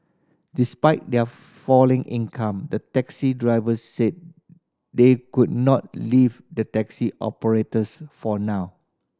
despite their falling income the taxi drivers said they could not leave the taxi operators for now